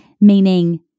meaning